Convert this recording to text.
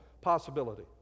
possibility